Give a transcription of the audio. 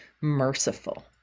merciful